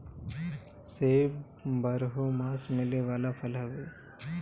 सेब बारहोमास मिले वाला फल हवे